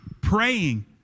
praying